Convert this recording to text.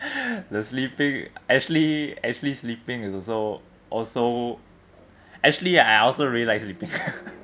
the sleeping actually actually sleeping is also also actually I I also really like sleeping